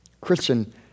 Christian